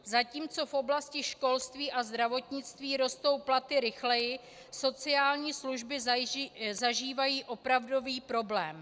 Zatímco v oblasti školství a zdravotnictví rostou platy rychleji, sociální služby zažívají opravdový problém.